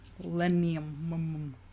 Millennium